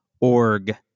org